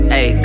Hey